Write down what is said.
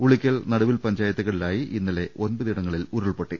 ഉളി ക്കൽ നടുവിൽ പഞ്ചായത്തുകളിലായി ഇന്നലെ ഒൻപതിടങ്ങളിൽ ഉരുൾപ്പൊട്ടി